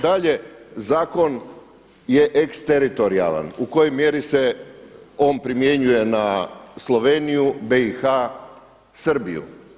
Dalje zakon je exteritorijalan, u kojoj mjeri se on primjenjuje na Sloveniju, BiH, Srbiju.